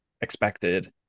expected